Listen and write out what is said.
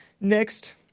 next